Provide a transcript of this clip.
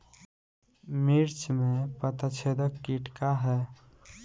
मिर्च में पता छेदक किट का है?